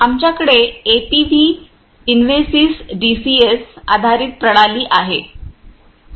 आमच्याकडे APV Invensys DCS आधारित प्रणाली आहे